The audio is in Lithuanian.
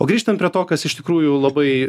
o grįžtant prie to kas iš tikrųjų labai